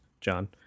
John